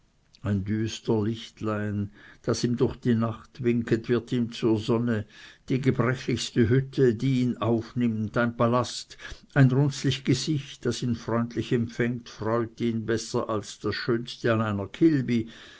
ein düster lichtlein das ihm durch die nacht winkt wird ihm zur sonne die gebrechlichste hütte die ihn aufnimmt ein palast ein runzlicht gesicht das ihn freundlich empfängt freut ihn besser als das schönste an einer kilbi